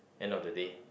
end of the day